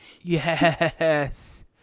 Yes